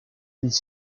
ils